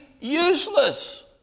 useless